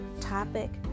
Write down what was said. topic